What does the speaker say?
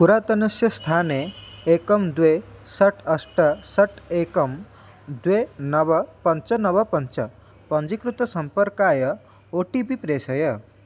पुरातनस्य स्थाने एकं द्वे षट् अष्ट षट् एकं द्वे नव पञ्च नव पञ्च पञ्जीकृतसम्पर्काय ओ टी पि प्रेषय